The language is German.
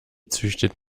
züchtet